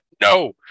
No